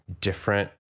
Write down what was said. different